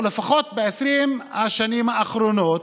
או לפחות ב-20 השנים האחרונות,